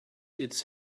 its